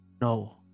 No